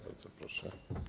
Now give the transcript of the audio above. Bardzo proszę.